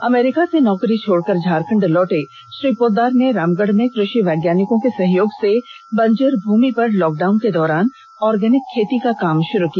America से नौकरी छोड़कर झारखंड लौटे श्री पोद्दार ने रामगढ़ में कृषि वैज्ञानिकों के सहयोग से बंजर भूमि पर लॉकडाउन के दौरान ऑर्गेनिक खेती का काम शुरू किया